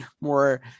more